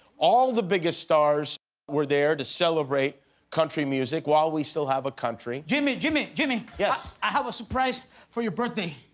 all the biggest stars were there to celebrate country music, while we still have a country. jimmy, jimmy, jimmy. jimmy yes. i have a surprise for your birthday.